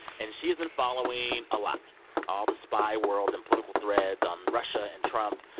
and she has been following a lot all the spy world and political threads on russia and trump,